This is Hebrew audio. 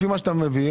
לפי מה שאתה מביא,